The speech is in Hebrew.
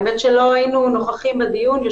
האמת שלא היינו נוכחים בדיון.